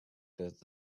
with